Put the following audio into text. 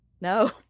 No